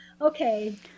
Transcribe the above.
Okay